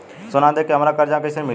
सोना दे के हमरा कर्जा कईसे मिल सकेला?